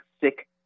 sick